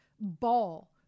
ball